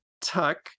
tuck